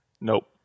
Nope